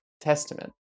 Testament